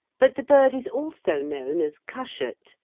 but the bird is also known as cushat,